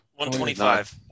125